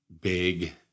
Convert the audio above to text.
big